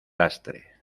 lastre